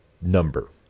number